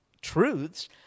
truths